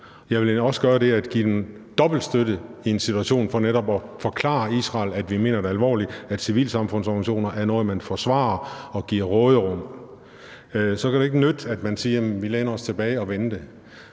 jeg ville give dem dobbelt så meget støtte i den her situation for netop at forklare Israel, at vi mener det alvorligt, altså at civilsamfundsorganisationer er noget, man forsvarer og giver råderum. Så kan det ikke nytte, at man siger: Jamen vi læner os tilbage og venter.